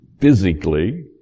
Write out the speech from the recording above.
physically